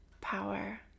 power